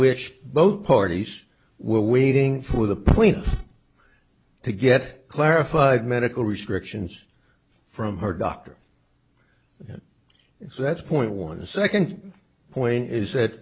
which both parties were waiting for the point to get clarified medical restrictions from her doctor so that's point one the second point is that